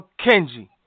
Kenji